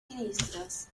ministros